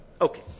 Okay